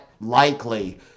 likely